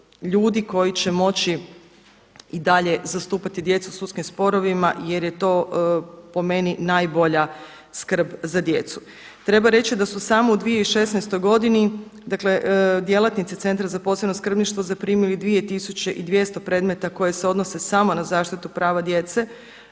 ljudi koji će moći i dalje zastupati djecu u sudskim sporovima, jer je to po meni najbolja skrb za djecu. Treba reći da su samo u 2016. godini, dakle djelatnici Centra za posebno skrbništvo zaprimili 2200 predmeta koji se odnose samo na zaštitu prava djece.